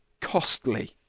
costly